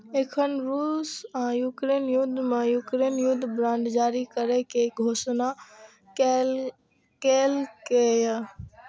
एखन रूस आ यूक्रेन युद्ध मे यूक्रेन युद्ध बांड जारी करै के घोषणा केलकैए